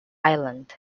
island